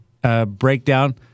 Breakdown